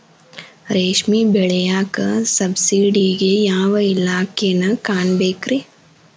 ರೇಷ್ಮಿ ಬೆಳಿಯಾಕ ಸಬ್ಸಿಡಿಗೆ ಯಾವ ಇಲಾಖೆನ ಕಾಣಬೇಕ್ರೇ?